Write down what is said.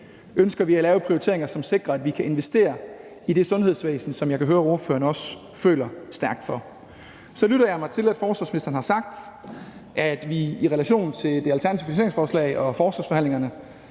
ønsker at lave prioriteringer, som sikrer, at vi kan investere i det sundhedsvæsen, som jeg kan høre at ordføreren også føler stærkt for. Så lytter jeg mig til, at forsvarsministeren har sagt, at vi i relation til det alternative finansieringsforslag og forsvarsforligsforhandlingerne